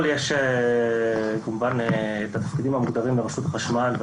יש התפקידים המוגדרים ברשות החשמל.